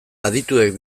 adituek